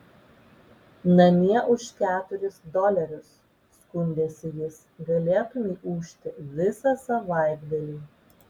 namie už keturis dolerius skundėsi jis galėtumei ūžti visą savaitgalį